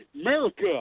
America